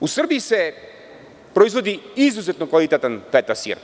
U Srbiji se proizvodi izuzetno kvalitetan feta sir.